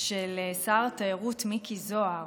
של שר התיירות מיקי זוהר,